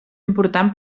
important